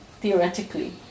theoretically